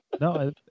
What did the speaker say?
No